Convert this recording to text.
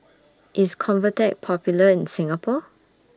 IS Convatec Popular in Singapore